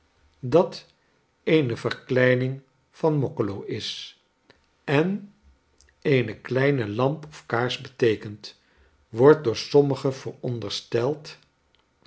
dat eene verkleining van moccolo is en eene kleine lamp of kaars beteekent wordt door sommigen voorondersteld